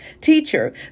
Teacher